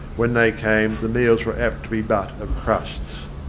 when they came, the meals were apt to be but of crusts.